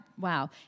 wow